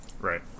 Right